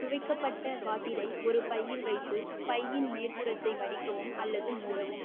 துவைக்கப்பட்ட பாட்டிலை ஒரு பையில் வைத்து பையின் மேற்புறத்தை மடிக்கவும் அல்லது மூடவும்